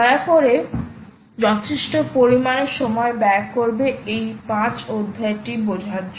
দয়া করে যথেষ্ট পরিমাণে সময় ব্যয় করবে এই 5 অধ্যায়টি টি বোঝার জন্য